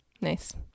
Nice